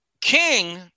King